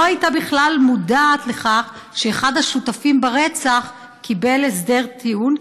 לא הייתה בכלל מודעת לכך שאחד השותפים ברצח קיבל הסדר טיעון,